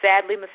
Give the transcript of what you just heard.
Sadly